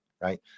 right